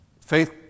Faith